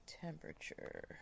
temperature